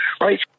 right